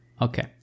Okay